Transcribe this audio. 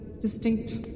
distinct